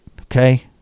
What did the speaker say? okay